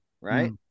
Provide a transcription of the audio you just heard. right